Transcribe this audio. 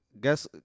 Guess